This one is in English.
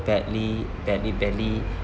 badly that it barely